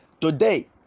Today